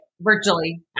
virtually